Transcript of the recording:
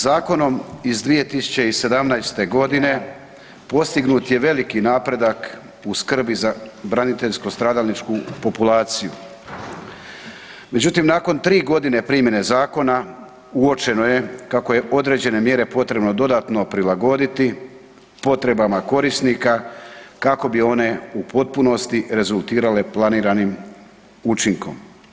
Zakonom iz 2017. g. postignut je veliki napredak u skrbi za braniteljsku stradalničku populaciju međutim nakon 3 g. primjene zakona, uočeno je kako određene mjere potrebno dodatno prilagoditi potrebama korisnika kako bi one u potpunosti rezultirale planiranim učinkom.